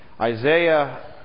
Isaiah